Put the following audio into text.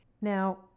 now